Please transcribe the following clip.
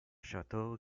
chateau